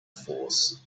force